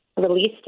released